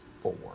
four